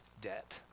debt